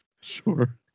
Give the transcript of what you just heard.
Sure